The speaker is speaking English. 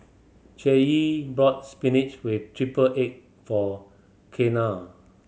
bought spinach with triple egg for Kianna